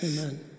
Amen